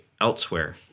elsewhere